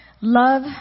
Love